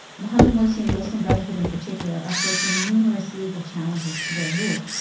mohamed morsi and the muslim brotherhood in particular are facing numerous legal challenges to their rule,